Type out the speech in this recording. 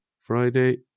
Friday